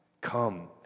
Come